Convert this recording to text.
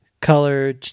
color